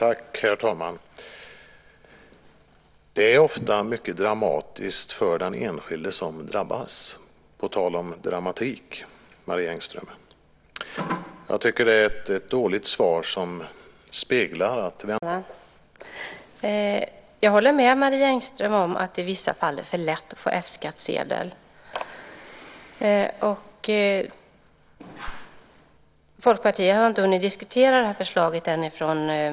Herr talman! Det är ofta mycket dramatiskt för den enskilde som drabbas, på tal om dramatik, Marie Engström. Jag tycker att det är ett dåligt svar, som speglar att Vänsterpartiet inte prioriterar rättssäkerheten, i varje fall när det gäller skatteområdet.